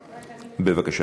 בבקשה,